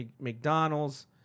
McDonald's